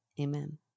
Amen